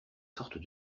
sortes